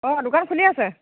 অঁ দোকান খুলি আছে